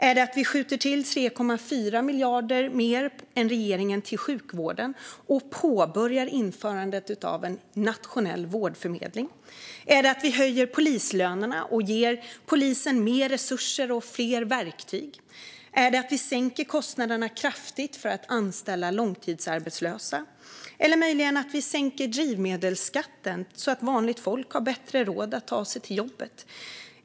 Är det att vi skjuter till 3,4 miljarder mer än regeringen till sjukvården och påbörjar införandet av en nationell vårdförmedling? Är det att vi höjer polislönerna och ger polisen mer resurser och fler verktyg? Är det att vi sänker kostnaderna kraftigt för att anställa långtidsarbetslösa eller möjligen att vi sänker drivmedelsskatten så att vanligt folk har bättre råd att ta sig till jobbet?